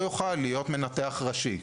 לא יוכל להיות מנתח ראשי.